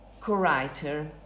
co-writer